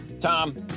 Tom